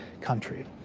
country